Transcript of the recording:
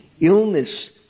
illness